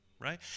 right